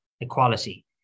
equality